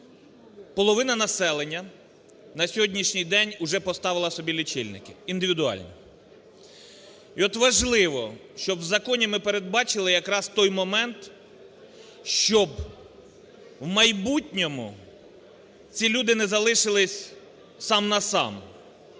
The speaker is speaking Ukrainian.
половина населення на сьогоднішній день уже поставила собі лічильники. Індивідуально. І от важливо, щоб в законі ми передбачили якраз той момент, щоб в майбутньому ці люди не залишились сам на сам